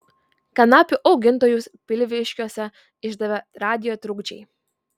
kanapių augintojus pilviškiuose išdavė radijo trukdžiai